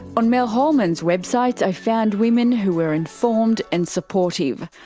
on mel holman's website i found women who were informed and supportive.